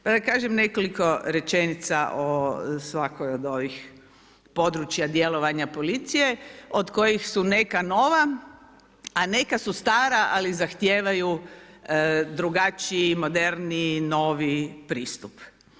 Pa da kažem nekoliko rečenica od svakoj od ovih područja djelovanja policije od kojih su neka nova, a neka su stara, ali zahtijevaju drugačiji, moderniji, noviji pristup.